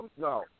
no